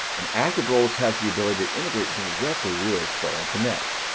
and active roles has the ability to integrate directly with starling connect.